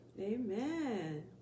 Amen